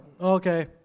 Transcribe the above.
okay